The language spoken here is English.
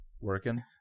working